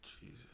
Jesus